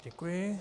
Děkuji.